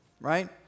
Right